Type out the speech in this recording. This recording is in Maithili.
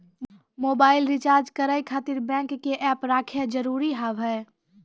मोबाइल रिचार्ज करे खातिर बैंक के ऐप रखे जरूरी हाव है?